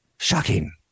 Shocking